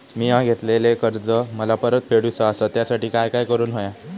मिया घेतलेले कर्ज मला परत फेडूचा असा त्यासाठी काय काय करून होया?